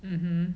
hmm